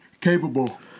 Capable